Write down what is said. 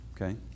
Okay